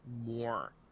more